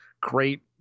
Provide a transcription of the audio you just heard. great